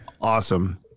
Awesome